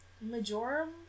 Majorum